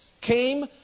came